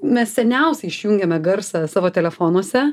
mes seniausiai išjungiame garsą savo telefonuose